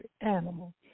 animal